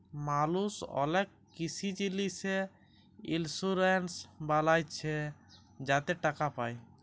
মালুস অলেক কিসি জিলিসে ইলসুরেলস বালাচ্ছে যাতে টাকা পায়